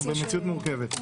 אנחנו במציאות מורכבת.